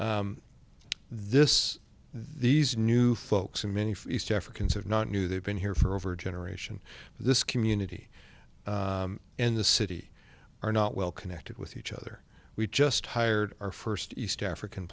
this these new folks who many for east africans have not new they've been here for over a generation this community and the city are not well connected with each other we just hired our first east african